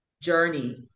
journey